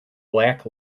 black